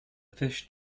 fish